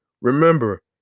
Remember